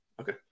Okay